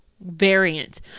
variant